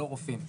לא רופאים.